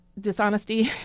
dishonesty